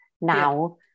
now